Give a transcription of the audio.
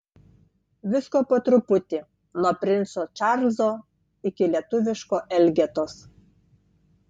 visko po truputį nuo princo čarlzo iki lietuviško elgetos